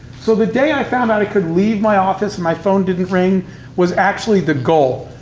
so the day i found out i could leave my office and my phone didn't ring was actually the goal.